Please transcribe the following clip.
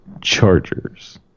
Chargers